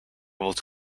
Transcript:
wilt